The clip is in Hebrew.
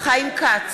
חיים כץ,